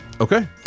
Okay